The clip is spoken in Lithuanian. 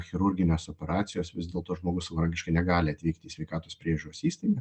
chirurginės operacijos vis dėlto žmogus savarankiškai negali atvykti į sveikatos priežiūros įstaigą